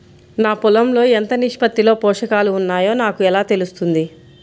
నా పొలం లో ఎంత నిష్పత్తిలో పోషకాలు వున్నాయో నాకు ఎలా తెలుస్తుంది?